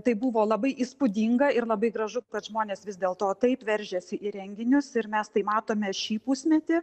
tai buvo labai įspūdinga ir labai gražu kad žmonės vis dėlto taip veržiasi į renginius ir mes tai matome šį pusmetį